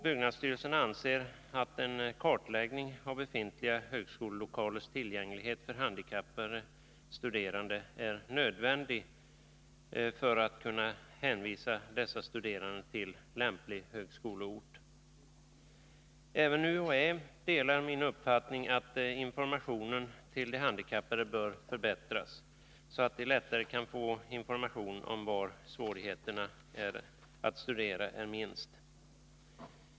Byggnadsstyrelsen anser att en kartläggning av befintliga högskolelokalers tillgänglighet för handikappade studerande är nödvändig för att man skall kunna hänvisa dessa studerande till lämplig högskoleort. Även UHÄ delar min uppfattning att informationen till de handikappade bör förbättras, så att de lättare kan få information om var svårigheterna att studera är minst.